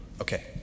Okay